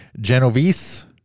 Genovese